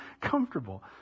comfortable